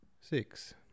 Six